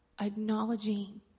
acknowledging